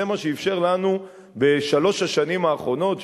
זה מה שאפשר לנו בשלוש השנים האחרונות,